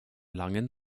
langen